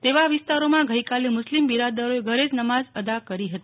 તેવા વિસતારોમાં ગઈકાલે મુસ્લિમ બિરદરોએ ઘરે જ નમાઝ અદા કરી હતી